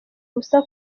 ubusa